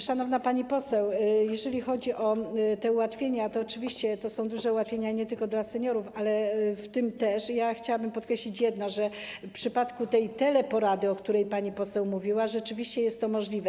Szanowna pani poseł, jeżeli chodzi o te ułatwienia, oczywiście to są duże ułatwienia nie tylko dla seniorów, niemniej chciałabym podkreślić jedno: w przypadku teleporady, o której pani poseł mówiła, rzeczywiście jest to możliwe.